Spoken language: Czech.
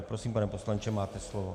Prosím, pane poslanče, máte slovo.